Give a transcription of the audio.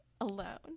alone